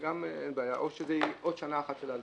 גם אין בעיה, או שזה עוד שנה אחת של הלוואה,